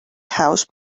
house